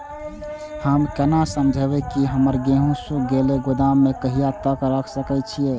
हम केना समझबे की हमर गेहूं सुख गले गोदाम में कहिया तक रख सके छिये?